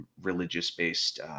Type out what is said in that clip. religious-based